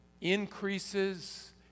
increases